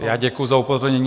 Já děkuji za upozornění.